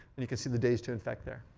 and you can see the days to infect there.